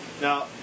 Now